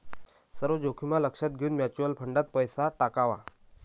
सर्व जोखीम लक्षात घेऊन म्युच्युअल फंडात पैसा टाकावा